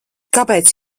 kāpēc